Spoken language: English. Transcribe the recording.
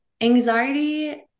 anxiety